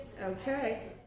Okay